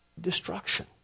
destruction